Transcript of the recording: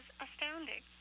astounding